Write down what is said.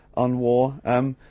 on war, um,